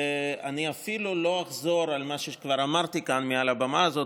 אני אפילו לא אחזור על מה שכבר אמרתי כאן מעל הבמה הזו.